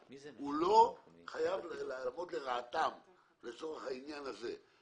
הוא לא חייב לעמוד לרעתם לצורך העניין הזה.